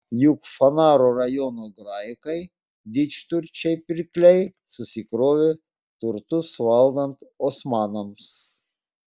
juk fanaro rajono graikai didžturčiai pirkliai susikrovė turtus valdant osmanams